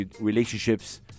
relationships